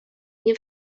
nie